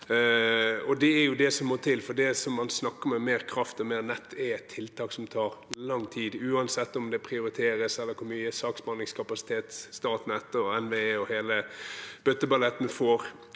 Det er jo det som må til, for det man snakker om, mer kraft og mer nett, er tiltak som tar lang tid, uansett om det prioriteres eller hvor mye saksbehandlingskapasitet Statnett, NVE og hele bøtteballetten får.